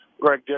Greg